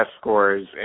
scores